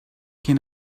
can